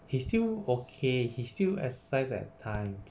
he's still okay he still exercise at times